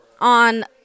on